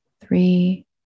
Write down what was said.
three